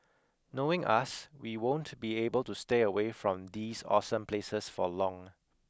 knowing us we won't be able to stay away from these awesome places for long